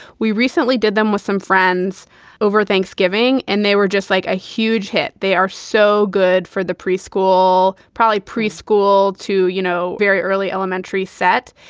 we recently did them with some friends over thanksgiving and they were just like a huge hit. they are so good for the preschool, probably preschool to, you know, very early elementary set.